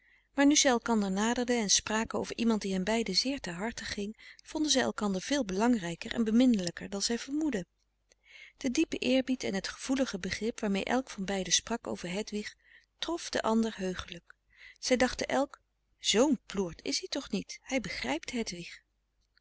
maar nu zij elkander naderden en spraken over iemand die hen beiden zeer ter harte ging vonden zij elkander veel belangrijker en beminnelijker dan zij vermoedden de diepe eerbied en het gevoelige begrip waarmee elk van beiden sprak over hedwig trof den ander heuchelijk zij dachten elk z'n ploert is hij toch niet hij begrijpt hedwig